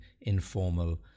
informal